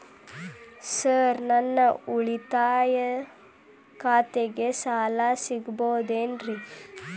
Sir ನನ್ನ ಉಳಿತಾಯ ಖಾತೆಯ ಸಾಲ ಸಿಗಬಹುದೇನ್ರಿ?